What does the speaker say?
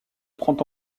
prend